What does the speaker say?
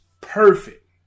perfect